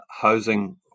housing